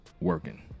working